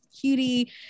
cutie